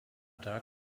dark